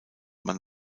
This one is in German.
man